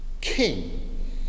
King